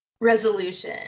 resolution